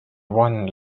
one